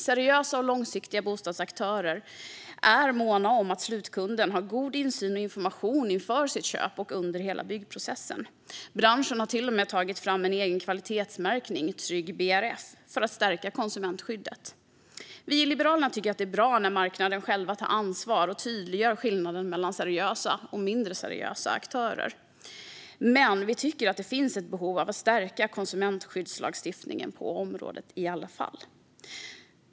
Seriösa och långsiktiga bostadsaktörer är måna om att slutkunden har god insyn och information inför sitt köp och under hela byggprocessen. Branschen har till och med tagit fram en egen kvalitetsmärkning, Trygg BRF, för att stärka konsumentskyddet. Vi i Liberalerna tycker att det är bra när marknaden själv tar ansvar och tydliggör skillnaden mellan seriösa och mindre seriösa aktörer, men vi tycker att det finns ett behov av att stärka konsumentskyddslagstiftningen på området i alla fall.